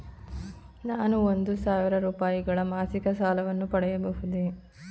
ನಾನು ಒಂದು ಸಾವಿರ ರೂಪಾಯಿಗಳ ಮಾಸಿಕ ಸಾಲವನ್ನು ಪಡೆಯಬಹುದೇ?